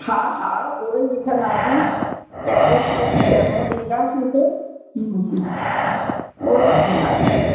हा हा उहो ई विझंदासीं पहिरियों सूट डैमो ॾींदासीं पेइ हा हा उहो ई वठंदासीं